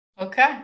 Okay